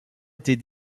était